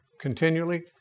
continually